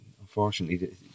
Unfortunately